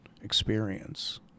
experience